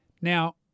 Now